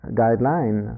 guideline